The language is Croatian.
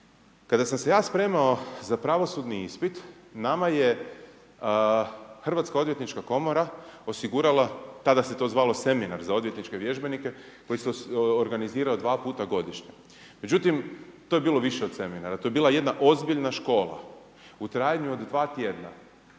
Kada sam se ja spremao na pravosudni ispit, nama je Hrvatska odvjetnička komora osigurala, tada se to zvalo seminar za odvjetničke vježbenike koji se organizirao dva puta godišnje. Međutim, to je bilo više od seminara, to je bila jedna ozbiljna škola u trajanju od 2 tjedna